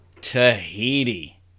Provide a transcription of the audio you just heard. Tahiti